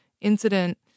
incident